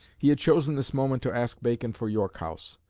he had chosen this moment to ask bacon for york house.